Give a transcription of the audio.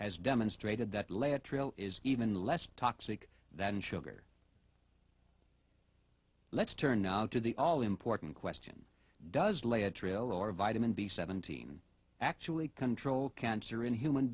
has demonstrated that lay a trail is even less toxic than sugar let's turn now to the all important question does lay a trail or a vitamin b seventeen actually control cancer in human